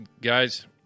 guys